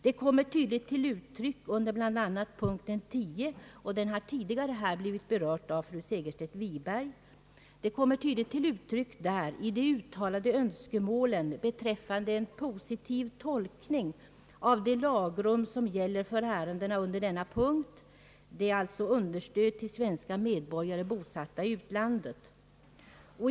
Det kommer tydligt till uttryck under bl.a. punkten 10, och den har tidigare här blivit berörd av fru Segerstedt Wiberg. Där uttalas önskemål om en positiv tolkning av det lagrum som gäller för ärendena under denna punkt — alltså understöd till svenska medborgare bosatta i utlandet.